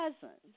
cousins